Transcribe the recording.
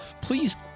please